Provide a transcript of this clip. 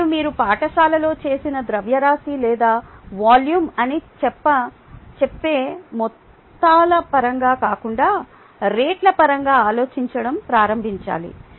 మరియు మీరు పాఠశాలలో చేసిన ద్రవ్యరాశి లేదా వాల్యూమ్ అని చెప్పే మొత్తాల పరంగా కాకుండా రేట్ల పరంగా ఆలోచించడం ప్రారంభించాలి